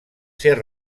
ser